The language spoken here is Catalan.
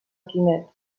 quimet